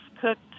cooked